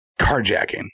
carjacking